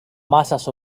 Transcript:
masas